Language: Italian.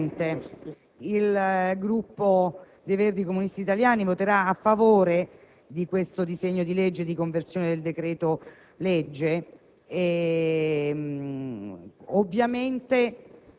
Signor Presidente, il Gruppo Verdi-Comunisti Italiani voterà a favore del disegno di legge di conversione del decreto-legge